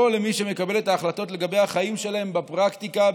למי שמקבל את ההחלטות על החיים שלהם בפרקטיקה,